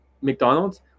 McDonald's